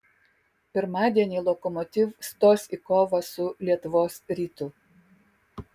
pirmadienį lokomotiv stos į kovą su lietuvos rytu